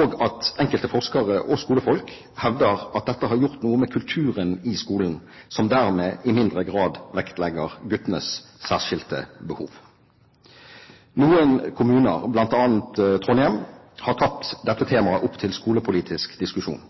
og at enkelte forskere og skolefolk hevder at dette har gjort noe med kulturen i skolen, som dermed i mindre grad vektlegger guttenes særskilte behov. Noen kommuner, bl.a. Trondheim, har tatt dette temaet opp til skolepolitisk diskusjon.